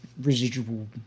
residual